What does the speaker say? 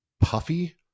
puffy